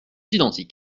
identiques